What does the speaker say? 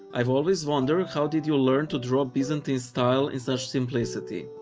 i've always wondered how did you learn to draw byzantine style in such simplicity?